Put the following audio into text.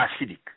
acidic